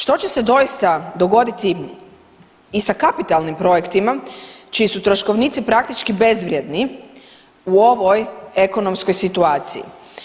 Što će se doista dogoditi i sa kapitalnim projektima čiji su troškovnici praktički bezvrijedni u ovoj ekonomskoj situaciji?